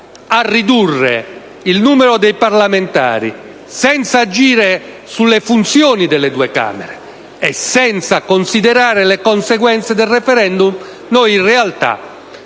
a ridurre il numero dei parlamentari senza agire sulle funzioni delle due Camere e senza considerare le conseguenze del *referendum* in realtà